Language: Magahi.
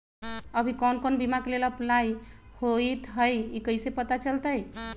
अभी कौन कौन बीमा के लेल अपलाइ होईत हई ई कईसे पता चलतई?